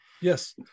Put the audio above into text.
Yes